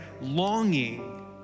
longing